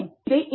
okay